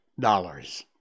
dollars